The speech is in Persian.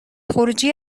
خروجی